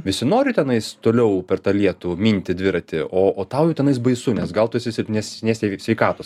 visi nori tenais toliau per tą lietų minti dviratį o o tau jau tenais baisu nes gal tu esi silpnesnės sveikatos